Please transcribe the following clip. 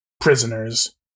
prisoners